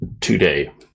today